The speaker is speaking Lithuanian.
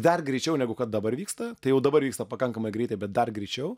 dar greičiau negu kad dabar vyksta tai jau dabar vyksta pakankamai greitai bet dar greičiau